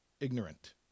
ignorant